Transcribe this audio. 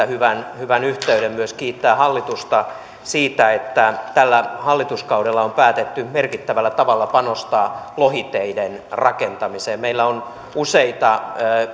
hyvän hyvän yhteyden myös kiittää hallitusta siitä että tällä hallituskaudella on päätetty merkittävällä tavalla panostaa lohiteiden rakentamiseen meillä on useita